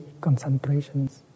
concentrations